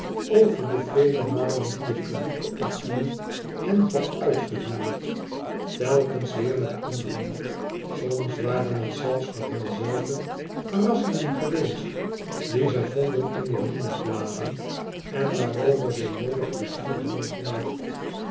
over de vele malen dat de publieke opinie hen had uitgehuwelijkt telkens weêr met anderen soms waren het zelfs voor henzelve verrassingen geweest die zij vonden in de nieuwsbladen en waarover zij jolig pleizier hadden gemaakt